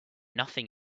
nothing